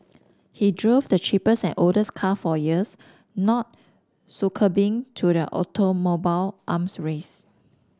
he drove the cheapest at oldest car for years not succumbing to the automobile arms race